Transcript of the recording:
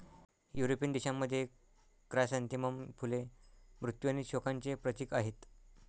European देशांमध्ये, chrysanthemum फुले मृत्यू आणि शोकांचे प्रतीक आहेत